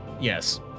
yes